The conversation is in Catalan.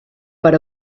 per